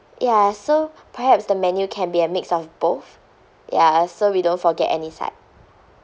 ya so perhaps the menu can be a mix of both ya so we don't forget any side